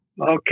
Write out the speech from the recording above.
Okay